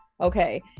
Okay